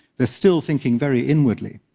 they're still thinking very inwardly.